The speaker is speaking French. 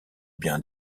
bien